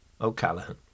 O'Callaghan